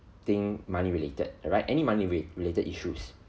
thing money related right any money re~ related issues